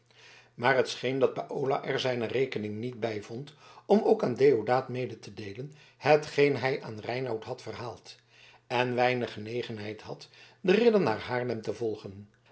maar het scheen dat paolo er zijne rekening niet bij vond om ook aan deodaat mede te deelen hetgeen hij aan reinout had verhaald en weinig genegenheid had den ridder naar haarlem te volgen